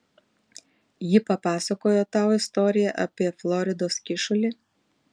ji papasakojo tau istoriją apie floridos kyšulį